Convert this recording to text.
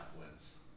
wins